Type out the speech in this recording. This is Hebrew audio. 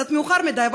קצת מאוחר מדי,